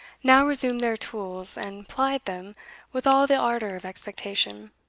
now resumed their tools, and plied them with all the ardour of expectation.